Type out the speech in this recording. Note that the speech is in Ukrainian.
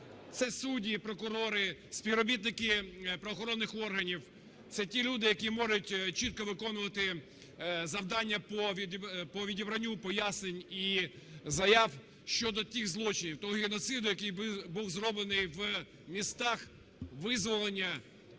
Це судді, прокурори, співробітники правоохоронних органів, це ті люди, які можуть чітко виконувати завдання по відібранню пояснень і заяв щодо тих злочинів, того геноциду, який був зроблений в містах, визволеним